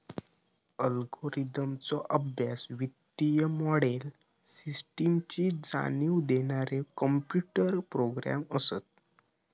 अल्गोरिदमचो अभ्यास, वित्तीय मोडेल, सिस्टमची जाणीव देणारे कॉम्प्युटर प्रोग्रॅम असत